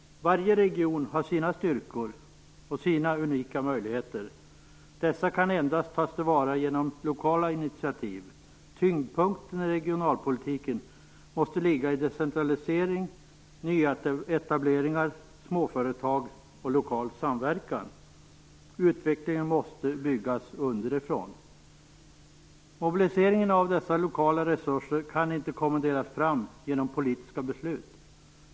Varje region har sina styrkor, sina unika möjligheter. Dessa kan endast tas till vara genom lokala initiativ. Tyngdpunkten i regionalpolitiken måste ligga i decentralisering, nyetableringar, småföretag och lokal samverkan. Utvecklingen måste byggas underifrån. Mobiliseringen av dessa lokala resurser kan inte kommenderas fram genom politiska beslut.